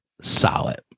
solid